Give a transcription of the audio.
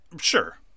Sure